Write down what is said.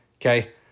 okay